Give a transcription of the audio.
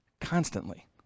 constantly